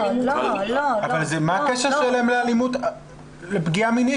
אלימות --- מה הקשר שלהם לפגיעה מינית,